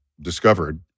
discovered